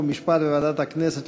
וכולנו ביחד נכשיל